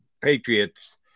Patriots